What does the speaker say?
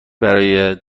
برای